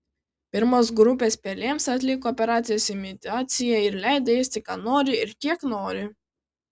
pirmos grupės pelėms atliko operacijos imitaciją ir leido ėsti ką nori ir kiek nori